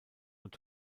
und